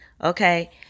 Okay